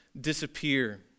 disappear